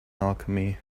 alchemy